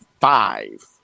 five